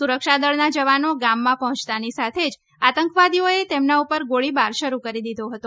સુરક્ષાદળના જવાનો ગામમાં પર્જોચતાની સાથે જ આતંકવાદીઓએ તેમના ઉપર ગોળીબાર શરૂ કરી દીધો હતો